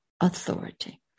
authority